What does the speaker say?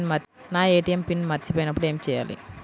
నా ATM PIN మరచిపోయినప్పుడు ఏమి చేయాలి?